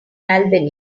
albany